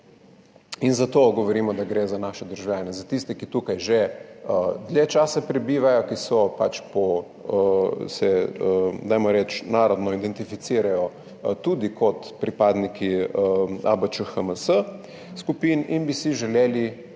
zato govorimo, da gre za naše državljane, za tiste, ki tukaj že dlje časa prebivajo, ki se, dajmo reči, narodno identificirajo tudi kot pripadniki skupin ABČHMS in bi si želeli